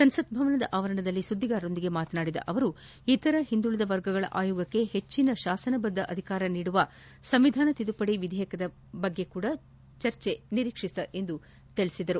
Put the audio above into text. ಸಂಸತ್ ಭವನದ ಹೊರಭಾಗದಲ್ಲಿ ಸುದ್ದಿಗಾರರೊಂದಿಗೆ ಮಾತನಾಡಿದ ಅವರು ಇತರ ಹಿಂದುಳಿದ ವರ್ಗಗಳ ಆಯೋಗಕ್ಕೆ ಹೆಚ್ಚಿನ ಶಾಸನಬದ್ದ ಅಧಿಕಾರ ನೀಡುವ ಸಂವಿಧಾನ ತಿದ್ದುಪಡಿ ವಿಧೇಯಕ ಕೂಡ ಚರ್ಚೆಗೆ ಬರಲಿದೆ ಎಂದು ಅವರು ಹೇಳದರು